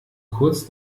kurz